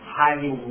highly